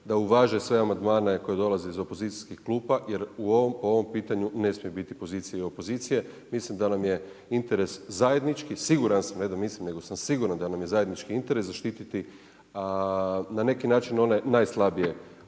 da uvaže sve amandmane koje dolaze iz opozicijskih klupa, jer u ovom pitanju ne smije biti pozicije i opozicije. Mislim da nam je interes zajednički, siguran sam, ne da mislim nego sam siguran da nam je zajednički interes zaštiti na neki način one najslabije u